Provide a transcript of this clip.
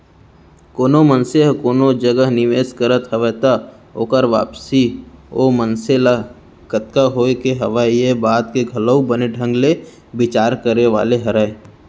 कोनो मनसे ह कोनो जगह निवेस करत हवय त ओकर वापसी ओ मनसे ल कतका होय के हवय ये बात के घलौ बने ढंग ले बिचार करे वाले हरय